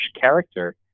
character